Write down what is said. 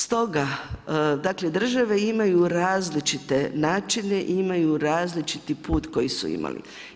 Stoga, dakle države imaju različite načine i imaju različiti put koji su imale.